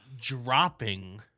dropping